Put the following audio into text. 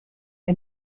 and